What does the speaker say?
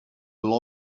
law